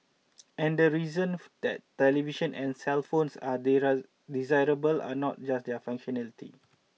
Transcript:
and the reason that television and cellphones are desirable are not just their functionality